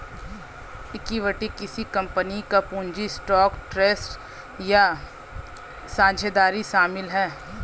equity किसी company का पूंजी स्टॉक ट्रस्ट या साझेदारी शामिल है